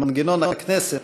במנגנון הכנסת,